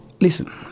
listen